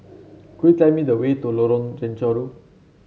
could you tell me the way to Lorong Chencharu